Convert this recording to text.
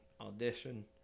audition